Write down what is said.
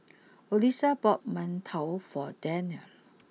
Odessa bought Mantou for Daren